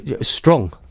strong